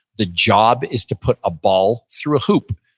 the job is to put a ball through a hoop.